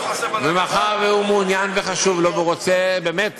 ומאחר שהוא מעוניין וחשוב לו והוא רוצה באמת